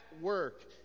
work